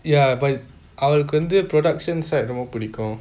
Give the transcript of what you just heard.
ya but அவளுக்கு வந்து:avalukku vantha production side ரொம்ப பிடிக்கும்:romba pidikum